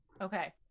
okay